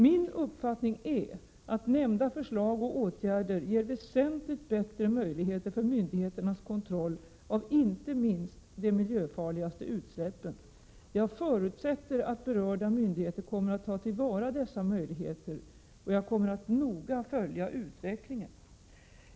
Min uppfattning är att nämnda förslag och åtgärder ger väsentligt bättre möjligheter för myndigheternas kontroll av inte minst de miljöfarligaste utsläppen. Jag förutsätter att berörda myndigheter kommer att ta till vara dessa möjligheter, och jag kommer att noga följa utvecklingen.